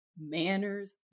manners